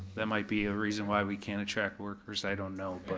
that might be a reason why we can't attract workers, i don't know, but.